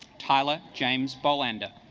tyler james bolander